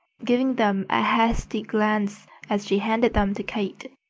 giving them a hasty glance as she handed them to kate.